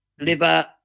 liver